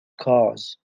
cars